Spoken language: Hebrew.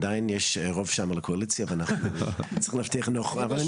עדיין יש שם רוב לקואליציה ואנחנו צריכים להבטיח נוכחות.